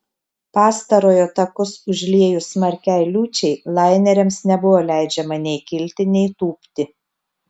pastarojo takus užliejus smarkiai liūčiai laineriams nebuvo leidžiama nei kilti nei tūpti